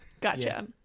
Gotcha